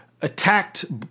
attacked